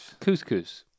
Couscous